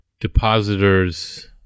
depositors